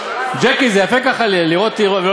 ג'קי, זה יפה ככה לא להקשיב?